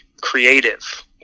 creative